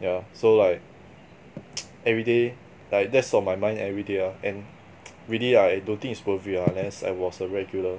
yeah so like everyday like that's on my mind everyday ah and really ah I don't think is worth it ah unless I was a regular